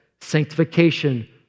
sanctification